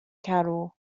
cattle